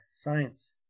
science